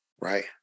right